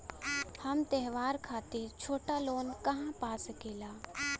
हम त्योहार खातिर छोटा लोन कहा पा सकिला?